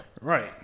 Right